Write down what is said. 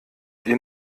ihr